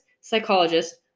psychologist